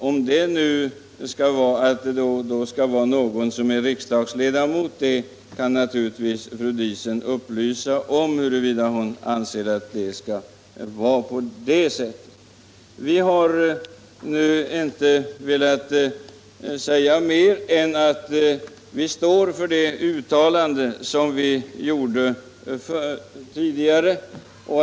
Om fru Diesen menar att det innebär att man skall sätta in riksdagsledamöter i detta sammanhang, bör fru Diesen upplysa oss om det. Vi har inte velat säga mer än att vi står för det uttalande som vi gjorde tidigare.